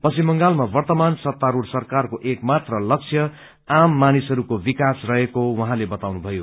पश्चिम बोगलमा वर्त्तमान सत्तास्ट्र सरकारको एक मात्र लक्ष्य आम मानिसहरूको विकास रहेका उहाँले बताउनुभयो